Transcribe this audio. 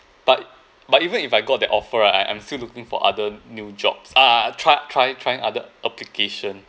but but even if I got that offer right I I'm still looking for other new jobs ah ah tr~ trying trying other applications